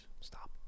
Stop